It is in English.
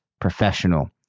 professional